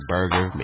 Burger